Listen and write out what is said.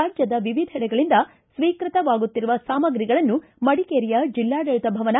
ರಾಜ್ಯದ ವಿವಿಧೆಡೆಗಳಿಂದ ಸ್ವೀಕೃತವಾಗುತ್ತಿರುವ ಸಾಮಗ್ರಿಗಳನ್ನು ಮಡಿಕೇರಿಯ ಜಿಲ್ಲಾಡಳಿತ ಭವನ